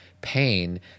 pain